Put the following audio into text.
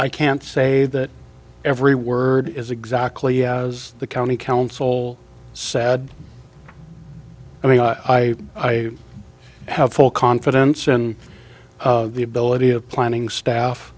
i can't say that every word is exactly as the county council sad i mean i i have full confidence in the ability of planning staff